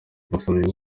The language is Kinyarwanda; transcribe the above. basomyi